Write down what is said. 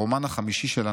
הרומן החמישי שלה,